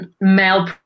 Male